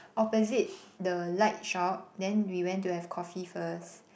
opposite the light shop then we went to have coffee first